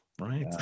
right